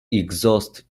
exhaust